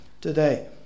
today